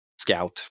scout